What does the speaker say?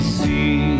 see